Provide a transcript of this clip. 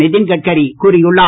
நிதின் கட்காரி கூறியுள்ளார்